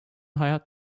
hayat